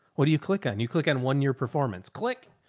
what do you click on you click on one year performance click.